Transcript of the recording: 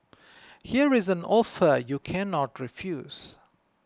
here's an offer you cannot refuse